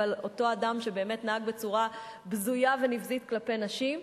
אבל אותו אדם באמת נהג בצורה בזויה ונבזית כלפי נשים.